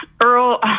Earl